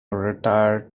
retire